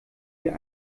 wir